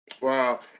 Wow